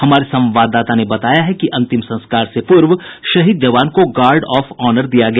हमारे संवाददाता ने बताया है कि अंतिम संस्कार से पूर्व शहीद जवान को गार्ड ऑफ ऑनर दिया गया